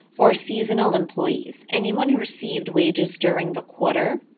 or seasonal employees anyone who received wages during the quarter,